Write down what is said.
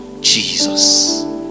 Jesus